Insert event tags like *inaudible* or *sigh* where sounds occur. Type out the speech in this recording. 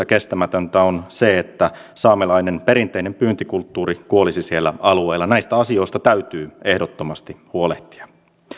*unintelligible* kestämätöntä on se että saamelainen perinteinen pyyntikulttuuri kuolisi siellä alueella näistä asioista täytyy ehdottomasti huolehtia